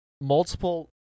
multiple